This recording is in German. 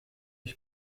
ich